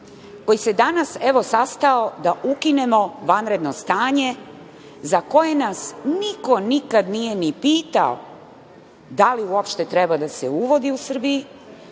koji se danas, evo sastao da ukinemo vanredno stanje za koje nas niko nikada nije ni pitao, da li uopšte treba da se uvodi u Srbiji,